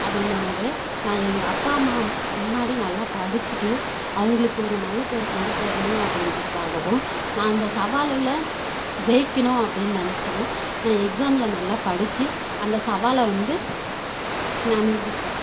அப்படின்னும் போது நான் எங்கள் அப்பா அம்மா முன்னாடி நல்லா படிச்சுட்டு அவங்குளுக்கு ஒரு நல்ல பேரை கொண்டுட்டு வரணும் அப்படின்றதுக்காகவும் நான் அந்த சவாலில் ஜெயிக்கணும் அப்படின்னு நினைச்சியும் நான் எக்ஸாமில் நல்லா படித்து அந்த சவாலை வந்து நான் நிரூபித்தேன்